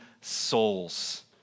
souls